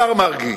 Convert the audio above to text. השר מרגי,